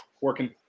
working